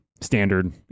standard